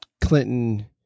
Clinton